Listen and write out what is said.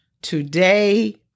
Today